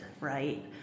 right